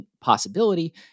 possibility